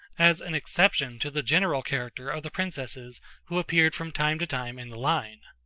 as an exception to the general character of the princesses who appeared from time to time in the line.